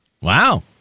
Wow